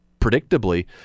predictably